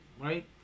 right